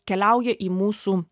keliauja į mūsų